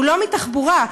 לא מתחבורה.